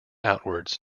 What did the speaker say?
outwards